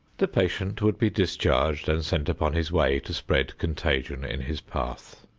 the patient would be discharged and sent upon his way to spread contagion in his path.